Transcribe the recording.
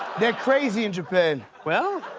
they're crazy in japan. well,